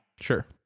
sure